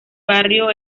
barrio